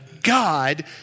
God